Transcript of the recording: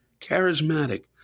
charismatic